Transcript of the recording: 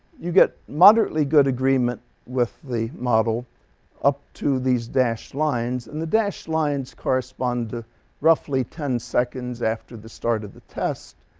you get moderately good agreement with the model up to these dashed lines. and the dashed lines correspond to roughly ten seconds after the start of the test.